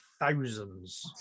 thousands